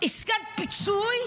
עסקת פיצוי,